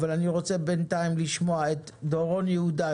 אבל אני רוצה בינתיים לשמוע את דורון יהודה.